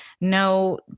no